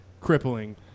crippling